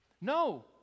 no